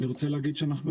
אני רוצה להגיד שאנחנו,